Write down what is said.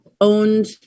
owned